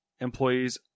Employees